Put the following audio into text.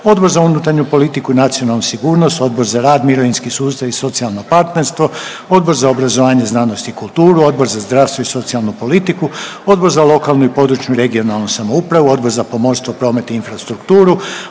Odbor za unutarnju politiku i nacionalnu sigurnost, Odbor za rad, mirovinski sustav i socijalno partnerstvo, Odbor za obrazovanje, znanost i kulturu, Odbor za zdravstvo i socijalnu politiku, Odbor za lokalnu i područnu (regionalnu) samoupravu, Odbor za pomorstvo, promet i infrastrukturu,